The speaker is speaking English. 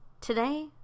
Today